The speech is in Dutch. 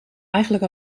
eigenlijk